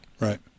Right